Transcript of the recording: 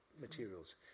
materials